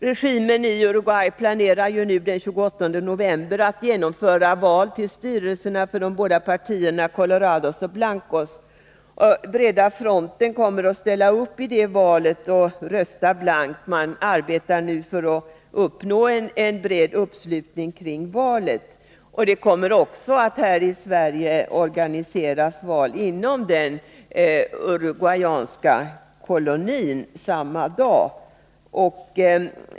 Regimen i Uruguay planerar nu att den 28 november genomföra val till styrelserna för de båda partierna Colorados och Blancos. Breda fronten kommer att ställa upp i det valet och rösta blankt. Man arbetar nu för att uppnå en bred uppslutning kring valet, och det kommer också att här i Sverige organiseras val inom den uruguayanska kolonin samma dag.